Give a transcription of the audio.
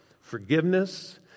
Forgiveness